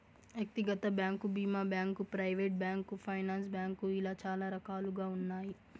వ్యక్తిగత బ్యాంకు భీమా bank, private bank, finance bank ఇలా చాలా రకాలుగా ఉన్నాయి